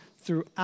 throughout